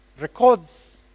records